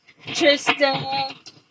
Trista